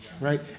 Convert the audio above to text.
right